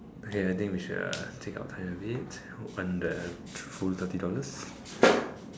okay I think we should uh take our time a bit to earn the full thirty dollars